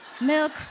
milk